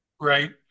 right